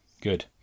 Good